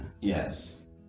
Yes